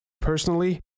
Personally